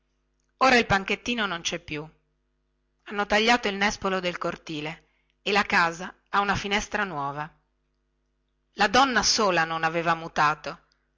ora il panchettino non cè più hanno tagliato il nespolo del cortile e la casa ha una finestra nuova la donna sola non aveva mutato